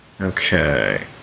okay